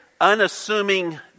unassuming